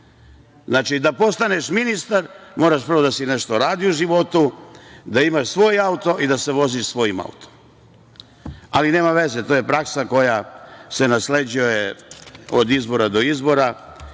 Znači, da postaneš ministar, moraš prvo da radiš nešto u životu, da imaš svoj auto i da se voziš svojim autom, ali nema veze. To je praksa koja se nasleđuje od izbora do izbora